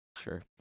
Sure